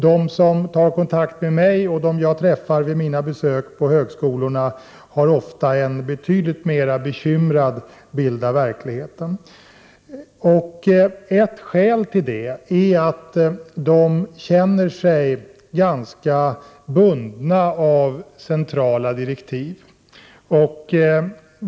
De som tar kontakt med mig och de som jag träffar vid mina besök på högskolorna är betydligt mer bekymrade över verkligheten. Ett skäl är att de känner sig ganska bundna av centrala direktiv.